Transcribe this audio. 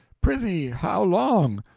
prithee how long?